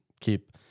keep